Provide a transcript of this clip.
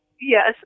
Yes